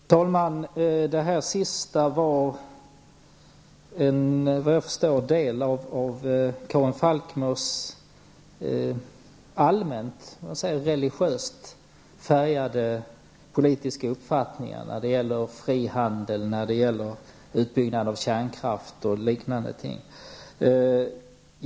Fru talman! Det senaste förstår jag var en del av Karin Falkmers allmänt religiöst färgade politiska uppfattningar när det gäller frihandel, utbyggnad av kärnkraft och liknande ting.